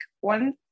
one